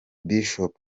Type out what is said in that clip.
bishop